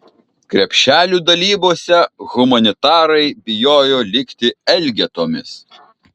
krepšelių dalybose humanitarai bijo likti elgetomis